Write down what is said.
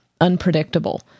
unpredictable